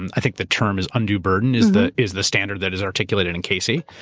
and i think the term is undue burden is the is the standard that is articulated in casey,